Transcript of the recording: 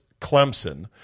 Clemson